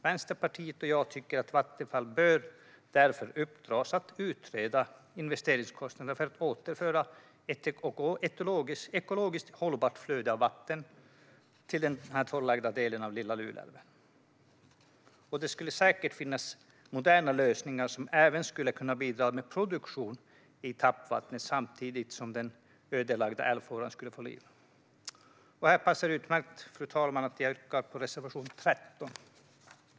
Vänsterpartiet och jag tycker att Vattenfall därför bör uppdras att utreda investeringskostnaderna för att återföra ett ekologiskt hållbart flöde av vatten till den torrlagda delen av Lilla Luleälven. Det finns säkert moderna lösningar som även skulle kunna bidra med produktion i tappvattnet samtidigt som den ödelagda älvfåran skulle få liv. Här passar det utmärkt, fru talman, för mig att yrka bifall till reservation 13.